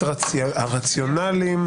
את הרציונליים?